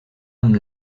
amb